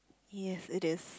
yes it is